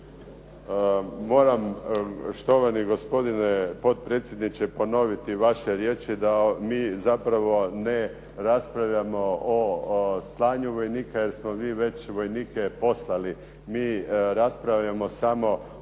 Moram štovani gospodine potpredsjedniče ponoviti vaše riječi da mi zapravo ne raspravljamo o stanju vojnika jer smo mi već vojnike poslali. Mi raspravljamo sada o zakonodavnom